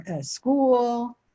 school